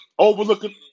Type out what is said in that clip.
Overlooking